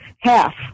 half